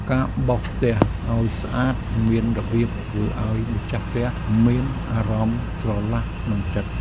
ការបោសផ្ទះឱ្យស្អាតមានរបៀប ធ្វើឱ្យម្ចាស់ផ្ទះមានអារម្មណ៍ស្រឡះក្នុងចិត្ត។